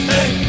Hey